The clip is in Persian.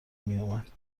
میآمد